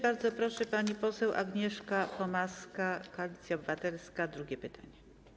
Bardzo proszę, pani poseł Agnieszka Pomaska, Koalicja Obywatelska, drugie pytanie.